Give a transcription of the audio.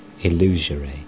illusory